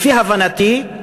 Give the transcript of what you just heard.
לפי הבנתי,